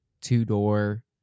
two-door